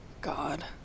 God